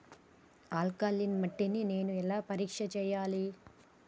Alkaline మట్టి ని నేను ఎలా పరీక్ష చేయాలి?